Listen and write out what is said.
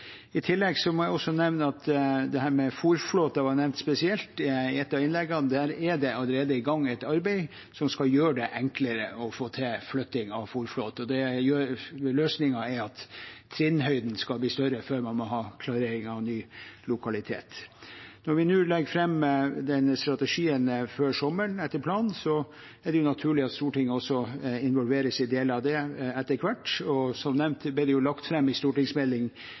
med fôrflåten var nevnt spesielt i et av innleggene. Der er det allerede i gang et arbeid som skal gjøre det enklere å få til flytting av fôrflåte. Løsningen er at trinnhøyden skal bli større før man må ha klarering av ny lokalitet. Når vi nå legger fram den strategien før sommeren, etter planen, er det naturlig at Stortinget også involveres i deler av det etter hvert. Og som nevnt ble det lagt fram en stortingsmelding